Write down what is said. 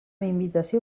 invitació